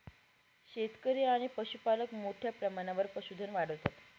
शेतकरी आणि पशुपालक मोठ्या प्रमाणावर पशुधन वाढवतात